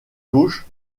gauche